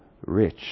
rich